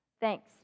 Thanks